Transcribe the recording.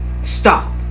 Stop